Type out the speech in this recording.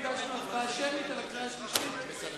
ביקשנו הצבעה שמית בקריאה השלישית, כדי שנראה